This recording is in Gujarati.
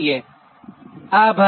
તો આભાર